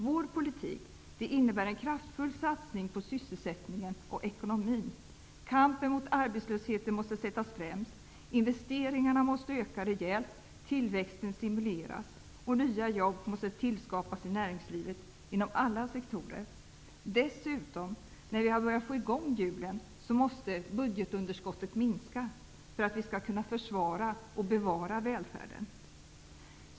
Vår politik innebär en kraftfull satsning på sysselsättningen och ekonomin. Kampen mot arbetslösheten måste sättas främst. Investeringarna måste öka rejält. Tillväxten måste stimuleras. Nya jobb måste tillskapas i näringslivet inom alla sektorer. När vi nu har börjat få i gång hjulen, måste dessutom budgetunderskottet minska för att vi skall kunna försvara och bevara välfärden.